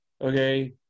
okay